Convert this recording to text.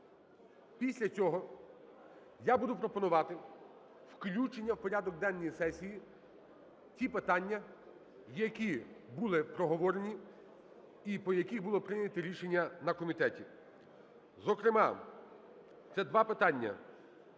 Після цього я буду пропонувати включення в порядок денний сесії ті питання, які були проговорені і по яких були прийняті рішення на комітеті, зокрема це два питання,